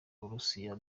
burusiya